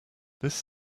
this